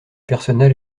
personnel